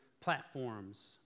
platforms